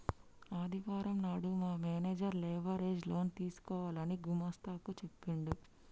ఆదివారం నాడు మా మేనేజర్ లేబర్ ఏజ్ లోన్ తీసుకోవాలని గుమస్తా కు చెప్పిండు